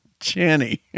channy